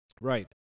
Right